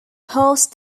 past